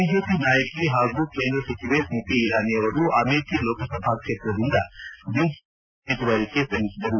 BJP ನಾಯಕಿ ಹಾಗೂ ಕೇಂದ್ರ ಸಚಿವೆ ಸ್ಮತಿ ಇರಾನಿ ಅವರು ಅಮೇಥಿ ಲೋಕಸಭಾ ಕ್ಷೇತ್ರದಿಂದ ಬಿಜೆಪಿ ಅಭ್ಯರ್ಥಿಯಾಗಿ ಉಮೇದುವಾರಿಕೆ ಸಲ್ಲಿಸಿದರು